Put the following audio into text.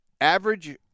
average